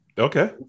Okay